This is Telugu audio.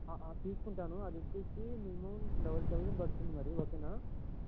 తీసుకుంటాను అదొచ్చేసి మినిమం లెవెన్ థౌజండ్ పడుతుంది మరి ఓకేనా